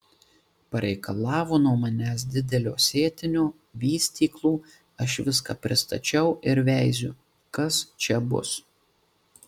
pareikalavo nuo manęs didelio sėtinio vystyklų aš viską pristačiau ir veiziu kas čia bus